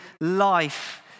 life